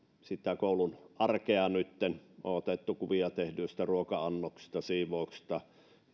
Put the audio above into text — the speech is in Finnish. sitä koulun arkea nytten on otettu kuvia tehdyistä ruoka annoksista ja siivouksesta